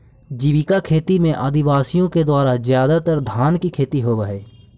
जीविका खेती में आदिवासियों के द्वारा ज्यादातर धान की खेती होव हई